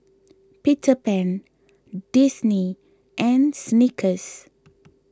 Peter Pan Disney and Snickers